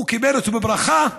הוא קיבל אותו בברכה,